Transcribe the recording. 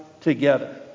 together